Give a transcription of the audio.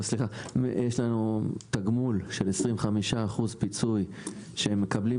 יש לנו תגמול של 25 אחוזים פיצוי שמקבלים